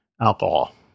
alcohol